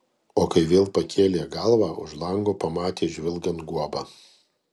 o kai vėl pakėlė galvą už lango pamatė žvilgant guobą